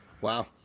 Wow